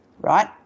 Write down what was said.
right